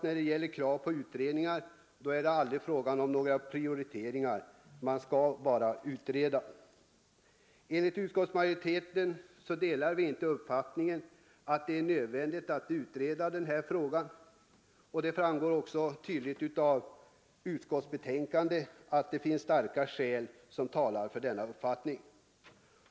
När det gäller krav på utredningar är det aldrig fråga om några prioriteringar. Man skall bara utreda. Utskottsmajoriteten delar inte uppfattningen att det är nödvändigt att utreda denna fråga. Det framgår tydligt av utskottsbetänkandet att starka skäl talar för utskottsmajoritetens mening.